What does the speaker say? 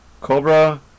Cobra